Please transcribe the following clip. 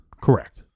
Correct